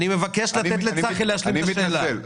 אני מבקש לתת לצחי להשלים את התשובה.